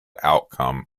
outcome